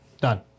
Done